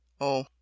Oh